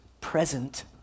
present